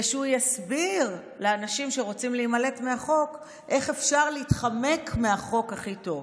ושהוא יסביר לאנשים שרוצים להימלט מהחוק איך אפשר להתחמק מהחוק הכי טוב.